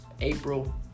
April